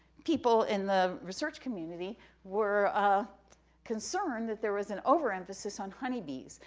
people in the research community were ah concerned that there was an overemphasis on honeybees,